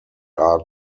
are